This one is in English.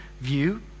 view